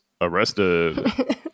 arrested